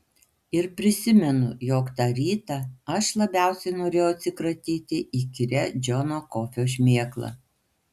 ir prisimenu jog tą rytą aš labiausiai norėjau atsikratyti įkyria džono kofio šmėkla